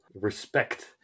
respect